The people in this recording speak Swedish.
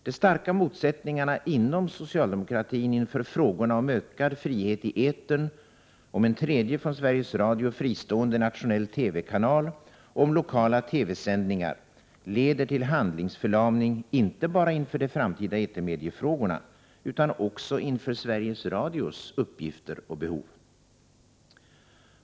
De starka motsättningarna inom socialdemokratin inför frågorna om ökad frihet i etern, om en tredje från Sveriges Radio fristående nationell TV-kanal och om lokala TV-sändningar, leder till handlingsförlamning inte bara inför de framtida etermediefrågorna utan också inför Sveriges Radios uppgifter och behov.